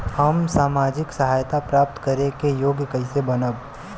हम सामाजिक सहायता प्राप्त करे के योग्य कइसे बनब?